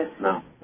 No